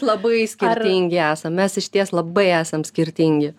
labai skirtingi esam mes išties labai esam skirtingi